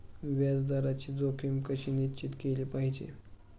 व्याज दराची जोखीम कशी निश्चित केली पाहिजे